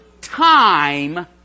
time